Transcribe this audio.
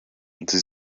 sie